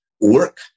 work